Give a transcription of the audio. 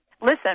Listen